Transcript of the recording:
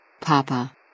Papa